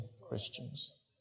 Christians